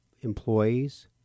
employees